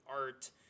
art